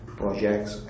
projects